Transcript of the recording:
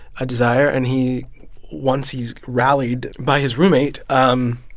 a desire. and he once he's rallied by his roommate, um